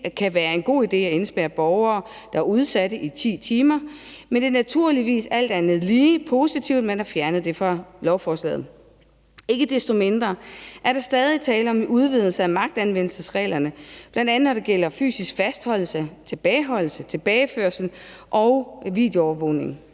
det kan være en god idé at indespærre udsatte borgere i 10 timer, men det er naturligvis alt andet lige positivt, at man har fjernet det fra lovforslaget. Ikke desto mindre er der stadig tale om en udvidelse af magtanvendelsesreglerne, bl.a. når det gælder fysisk fastholdelse, tilbageholdelse, tilbageførsel og videoovervågning.